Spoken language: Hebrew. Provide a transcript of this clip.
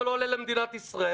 זה לא עולה למדינת ישראל.